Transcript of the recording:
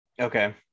okay